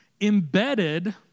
embedded